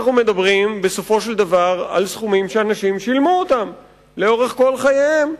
אנחנו מדברים בסופו של דבר על סכומים שאנשים שילמו לאורך כל חייהם,